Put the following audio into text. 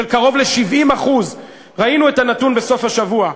של קרוב ל-70% ראינו את הנתון בסוף השבוע,